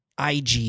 IG